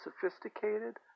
sophisticated